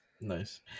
Nice